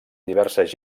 diverses